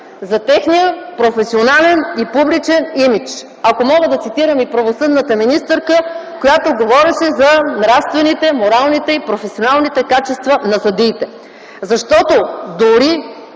За техния професионален и публичен имидж, ако мога да цитирам и правосъдната министърка, която говореше за нравствените, моралните и професионалните качества на съдиите. Дори